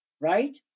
Right